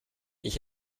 ich